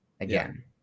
again